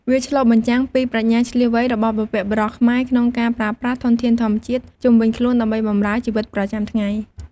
វាឆ្លុះបញ្ចាំងពីប្រាជ្ញាឈ្លាសវៃរបស់បុព្វបុរសខ្មែរក្នុងការប្រើប្រាស់ធនធានធម្មជាតិជុំវិញខ្លួនដើម្បីបម្រើជីវិតប្រចាំថ្ងៃ។